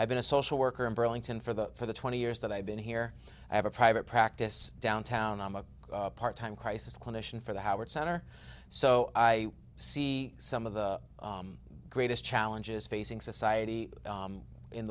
i've been a social worker in burlington for the for the twenty years that i've been here i have a private practice downtown i'm a part time crisis clinician for the howard center so i see some of the greatest challenges facing society